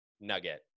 nugget